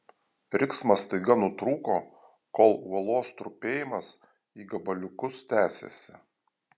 riksmas staiga nutrūko kol uolos trupėjimas į gabaliukus tęsėsi